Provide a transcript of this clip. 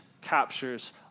captures